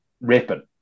ripping